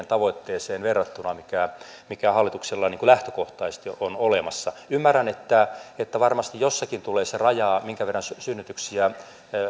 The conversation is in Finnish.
tavoitteeseen verrattuna mikä mikä hallituksella lähtökohtaisesti on olemassa ymmärrän että varmasti jossakin tulee se raja minkä verran synnytyksiä